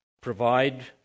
provide